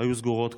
היו כבר סגורים,